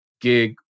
gig